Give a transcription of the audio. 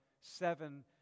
seven